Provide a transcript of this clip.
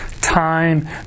time